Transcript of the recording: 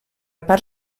part